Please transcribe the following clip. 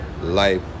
life